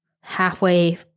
halfway